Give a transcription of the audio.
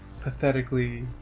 Pathetically